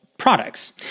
products